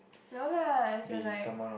no lah as in like